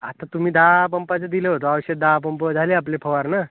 आता तुम्ही दहा पंपाचं दिलं होतं औषध दहा पंप झाले आपले फवारणं